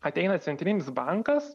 ateina centrinis bankas